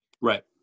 Right